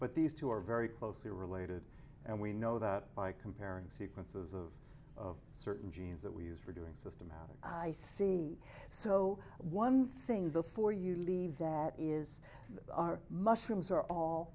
but these two are very closely related and we know that by comparing sequences of of certain genes that we use for doing systematic i see so one thing before you leave that is mushrooms are all